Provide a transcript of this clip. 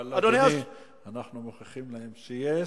אבל, אדוני, אנחנו מוכיחים להם שיש,